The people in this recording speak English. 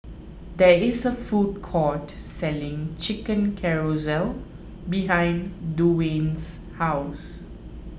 there is a food court selling Chicken Casserole behind Duwayne's house